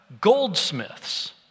goldsmiths